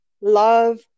love